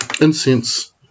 Incense